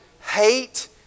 hate